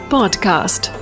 Podcast